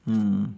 mm